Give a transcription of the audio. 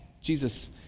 Jesus